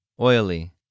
Oily